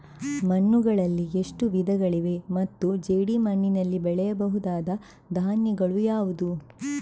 ಮಣ್ಣುಗಳಲ್ಲಿ ಎಷ್ಟು ವಿಧಗಳಿವೆ ಮತ್ತು ಜೇಡಿಮಣ್ಣಿನಲ್ಲಿ ಬೆಳೆಯಬಹುದಾದ ಧಾನ್ಯಗಳು ಯಾವುದು?